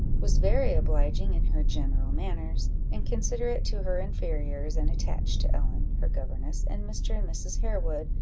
was very obliging in her general manners, and considerate to her inferiors, and attached to ellen, her governess, and mr. and mrs. harewood,